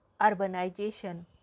urbanization